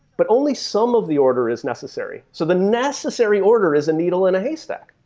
but only some of the order is necessary. so the necessary order is a needle in a haystack.